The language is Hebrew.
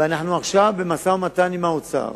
ועכשיו אנחנו במשא-ומתן עם האוצר